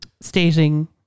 stating